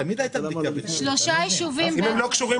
אבל תמיד הייתה --- אני לא מבין --- אם הם לא קשורים